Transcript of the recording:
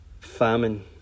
famine